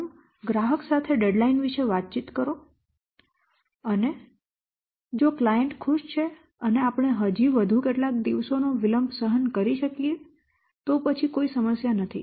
પ્રથમ ગ્રાહક સાથે ડેડલાઈન વિશે વાતચીત કરો અને જો ક્લાયંટ ખુશ છે અને આપણે હજી વધુ કેટલાક દિવસો નો વિલંબ સહન કરી શકીએ પછી કોઈ સમસ્યા નથી